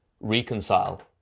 reconcile